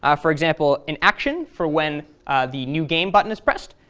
ah for example, an action for when the new game button is pressed,